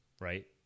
right